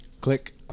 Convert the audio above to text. Click